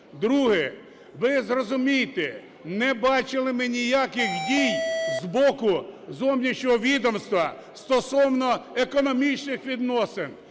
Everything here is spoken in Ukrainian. Друге. Ви зрозумійте, не бачили ми ніяких дій з боку зовнішнього відомства стосовно економічних відносин.